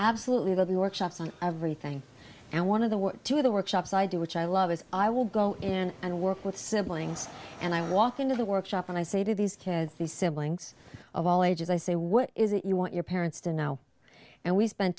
absolutely love the workshops and everything and one of the two of the workshops i do which i love is i will go and work with siblings and i walk into the workshop and i say to these kids these siblings of all ages i say what is it you want your parents to now and we spend